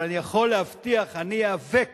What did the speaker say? אבל אני יכול להבטיח שאני איאבק